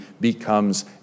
becomes